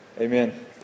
Amen